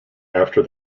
after